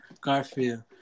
Garfield